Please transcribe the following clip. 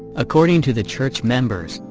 according to the church members,